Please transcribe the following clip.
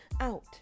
out